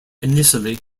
initially